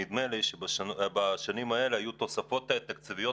נדמה לי שבשנים האלה היו תוספות תקציביות